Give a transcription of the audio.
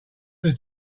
was